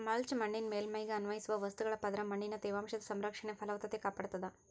mulch ಮಣ್ಣಿನ ಮೇಲ್ಮೈಗೆ ಅನ್ವಯಿಸುವ ವಸ್ತುಗಳ ಪದರ ಮಣ್ಣಿನ ತೇವಾಂಶದ ಸಂರಕ್ಷಣೆ ಫಲವತ್ತತೆ ಕಾಪಾಡ್ತಾದ